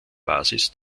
basis